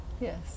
Yes